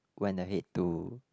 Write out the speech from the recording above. when I hate to